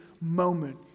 moment